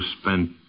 spent